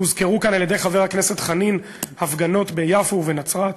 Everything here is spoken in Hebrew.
הוזכרו כאן על-ידי חבר הכנסת חנין הפגנות ביפו ובנצרת,